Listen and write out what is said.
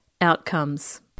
outcomes